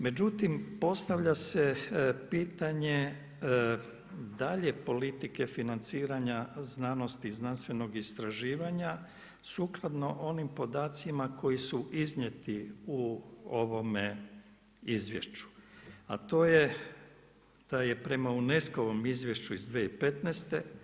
Međutim, postavlja se pitanje dalje politike financiranja znanosti i znanstvenog istraživanja sukladno onim podacima koji su iznijeti u ovome izvješću, a to je da je prema UNESCO-vom Izvješću iz 2015.